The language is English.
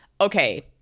okay